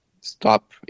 stop